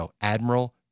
Admiral